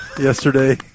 yesterday